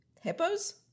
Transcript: Hippos